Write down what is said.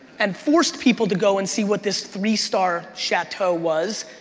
and forced people to go and see what this three-star chateau was,